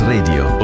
Radio